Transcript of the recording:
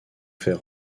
fer